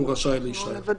הוא רשאי להישאר.